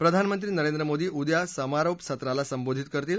प्रधानमंत्री नरेंद्र मोदी उदया समारोप सत्राला संबोधित करतील